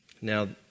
Now